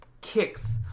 kicks